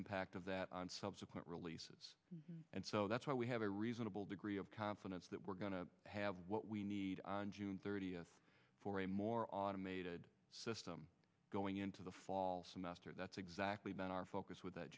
impact of that on subsequent releases and so that's why we have a reasonable degree of confidence that we're going to have what we need on june thirtieth for a more automated system going into the fall semester that's exactly been our focus w